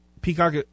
Peacock